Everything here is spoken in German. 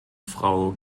frau